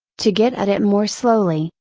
to get at it more slowly,